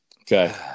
Okay